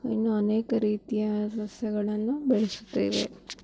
ಇನ್ನು ಅನೇಕ ರೀತಿಯ ಸಸ್ಯಗಳನ್ನು ಬೆಳೆಸುತ್ತೇವೆ